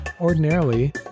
Ordinarily